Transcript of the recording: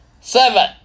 Seven